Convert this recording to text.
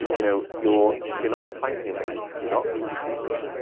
you know, you're you're not finding a mate. you're not reproducing.